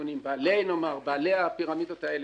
טייקונים בעלי הפירמידות האלה,